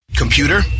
Computer